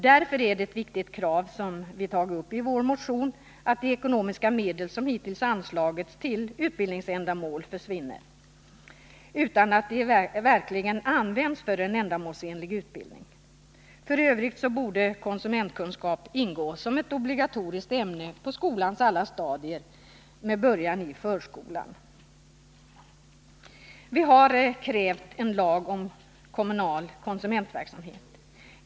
Därför är det en viktig sak som vi tagit upp i vår motion — att de ekonomiska medel som hittills anslagits till utbildningsändamål inte får försvinna, utan att de verkligen används till en ändamålsenlig utbildning. För övrigt borde konsumentkunskap ingå som ett obligatoriskt ämne på skolans alla stadier, med början i förskolan. Vi har krävt en lag om kommunal konsumentverksamhet.